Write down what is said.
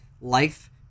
life